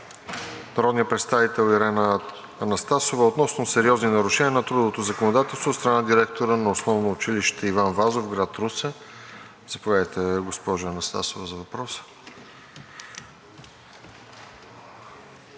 народния представител Ирена Анастасова относно сериозни нарушения на трудовото законодателство от страна на директора на Основно училище „Иван Вазов“ – град Русе. Заповядайте, госпожо Анастасова, за въпроса.